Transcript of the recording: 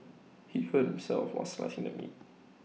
he hurt himself while slicing the meat